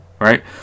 Right